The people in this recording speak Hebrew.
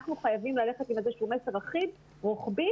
אנחנו חייבים ללכת עם איזשהו מסר אחיד רוחבי